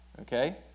okay